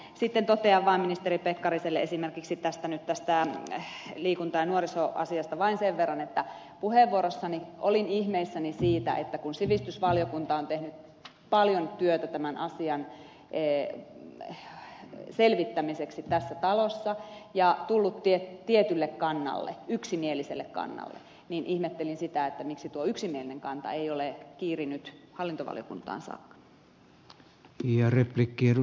sitten totean ministeri pekkariselle esimerkiksi nyt tästä liikunta ja nuorisoasiasta vain sen verran että puheenvuorossani olin ihmeissäni siitä että kun sivistysvaliokunta on tehnyt paljon työtä tämän asian selvittämiseksi tässä talossa ja tullut tietylle kannalle yksimieliselle kannalle miksi tuo yksimielinen kanta ei ole kiirinyt hallintovaliokuntaan saakka